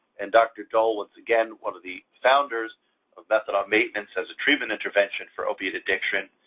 and dr. dole was, again, one of the founders of methadone maintenance as a treatment intervention for opiate addiction,